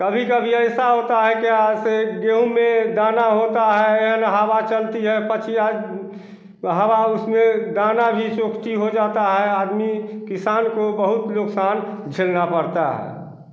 कभी कभी ऐसा होता है कि से गेहूँ में दाना होता है हवा चलती है पछुआ हवा उसमें दाना भी हो जाता है आदमी किसान को बहुत नुकसान झेलना पड़ता है